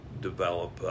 develop